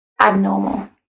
abnormal